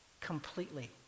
completely